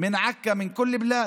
מן עכא, מן כול אל בלד,